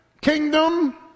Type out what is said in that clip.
kingdom